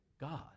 God